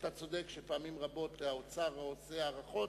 אתה צודק שפעמים רבות האוצר עושה הערכות